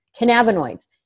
cannabinoids